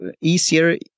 easier